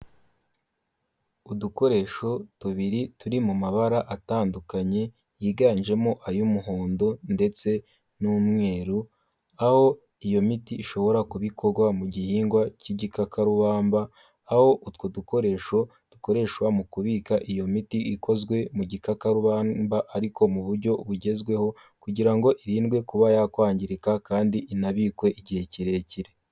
Udukoresho tubiri turi mu mabara atandukanye yiganjemo ay'umuhondo ndetse n'umweru, aho iyo miti ishobora kuba ikorwa mu gihingwa cy'igikakarubamba, aho utwo dukoresho dukoreshwa mu kubika iyo miti ikozwe mu gikakarubamba ariko mu buryo bugezweho kugira ngo irindwe kuba yakwangirika kandi inabikwe igihe kirekire.